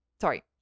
sorry